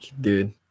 dude